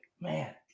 Man